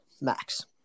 max